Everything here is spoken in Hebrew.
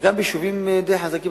וגם ביישובים די חזקים.